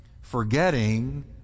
Forgetting